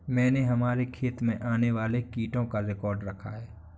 मैंने हमारे खेत में आने वाले कीटों का रिकॉर्ड रखा है